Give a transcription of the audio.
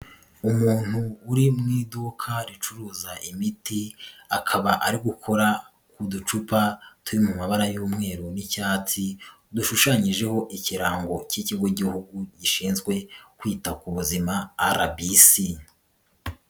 Umuntu uri mu iduka ricuruza imiti, akaba ari gukora uducupa turi mu mabara y'umweru n'icyatsi, dushushanyijeho ikirango cy'ikigo cy'igihugu gishinzwe kwita ku buzima RBC.